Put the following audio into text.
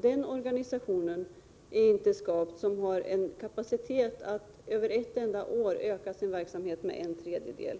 Den organisationen är nog inte skapt som har kapacitet att över ett enda år öka sin verksamhet med en tredjedel.